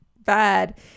bad